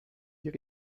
hier